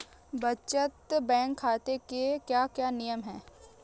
बचत बैंक खाते के क्या क्या नियम हैं?